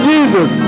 Jesus